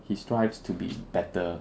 he strives to be better